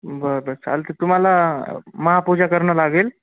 बर बर चालते तुम्हाला महापूजा करणं लागेल